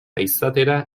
izatera